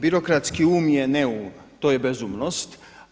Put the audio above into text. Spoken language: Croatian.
Birokratski um je ne um, to je bezumnost.